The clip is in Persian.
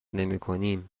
نمیکنیم